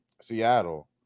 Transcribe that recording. Seattle